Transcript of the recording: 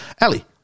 ellie